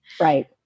Right